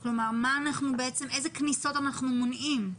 כלומר, איזה כניסות אנחנו מונעים?